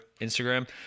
Instagram